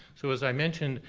so as i mentioned,